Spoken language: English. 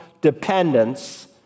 dependence